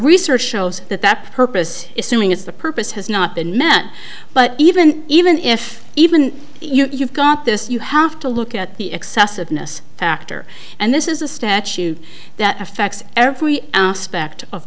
research shows that that purpose is suing is the purpose has not been met but even even if even you've got this you have to look at the excessiveness factor and this is a statute that affects every aspect of